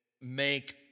make